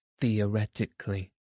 theoretically